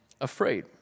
afraid